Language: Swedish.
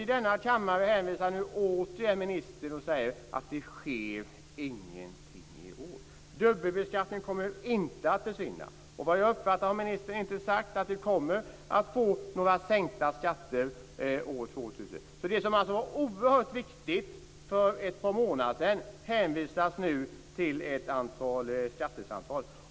I denna kammare säger ministern återigen att det inte sker någonting i år. Dubbelbeskattningen kommer inte att försvinna. Jag har inte uppfattat att ministern har sagt att vi kommer att få sänkta skatter år 2000. Det som var så oerhört viktigt för ett par månader sedan hänvisas nu till ett antal skattesamtal.